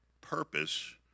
purpose